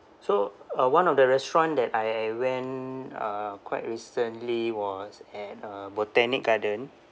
so uh one of the restaurant that I I went uh quite recently was at uh botanic garden